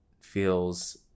feels